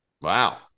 Wow